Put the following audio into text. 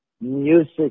music